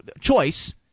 choice